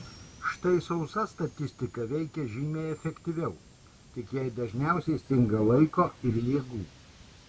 štai sausa statistika veikia žymiai efektyviau tik jai dažniausiai stinga laiko ir jėgų